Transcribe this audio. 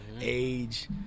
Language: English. age